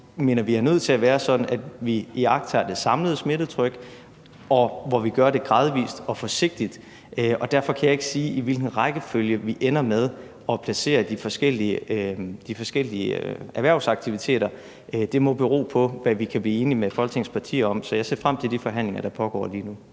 mener vi er nødt til at være sådan, at vi iagttager det samlede smittetryk, og at vi gør det gradvis og forsigtig. Og derfor kan jeg ikke sige, i hvilken rækkefølge vi ender med at placere de forskellige erhvervsaktiviteter. Det må bero på, hvad vi kan blive enige med Folketingets partier om. Så jeg ser frem til de forhandlinger, der pågår lige nu.